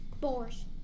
boars